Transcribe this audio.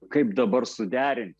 kaip dabar suderinti